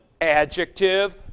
adjective